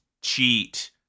cheat